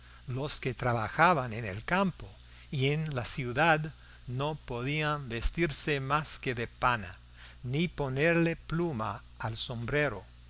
los que trabajaban en el campo y en la ciudad no podían vestirse más que de pana ni ponerle pluma al sombrero